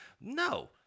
No